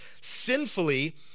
sinfully